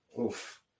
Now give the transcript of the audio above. Oof